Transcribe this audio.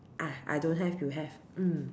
ah I don't have you have mm